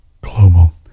global